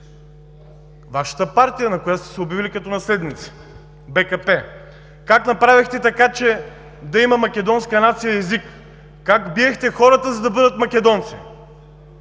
Вашата партия, на която сте се обявили като наследници – БКП. …как направихте така, че да има македонска нация и език, как биехте хората, за да бъдат македонци.